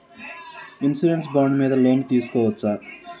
Insurance bond మీద loan తీస్కొవచ్చా?